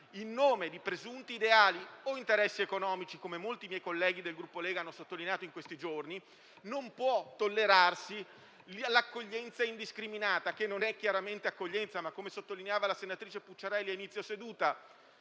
In nome di presunti ideali o interessi economici, come molti miei colleghi della Lega hanno sottolineato in questi giorni, non può tollerarsi l'accoglienza indiscriminata, che non è accoglienza, ma, come ha sottolineato la senatrice Pucciarelli a inizio seduta,